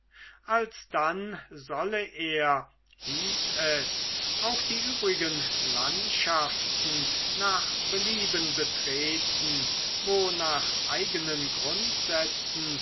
alsdann solle er hieß es auch die übrigen landschaften nach belieben betreten wo nach eigenen grundsätzen